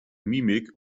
mimik